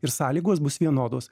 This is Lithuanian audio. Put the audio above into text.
ir sąlygos bus vienodos